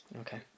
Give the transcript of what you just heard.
Okay